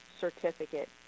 certificate